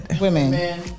Women